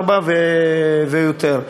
ארבע ויותר.